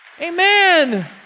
Amen